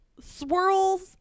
swirls